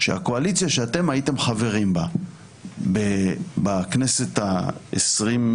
שהקואליציה שאתם הייתם חברים בה בכנסת ה-21,